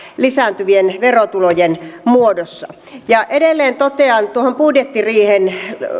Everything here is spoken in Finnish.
lisääntyvien verotulojen muodossa ja edelleen totean tuohon budjettiriihen